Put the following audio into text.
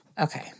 Okay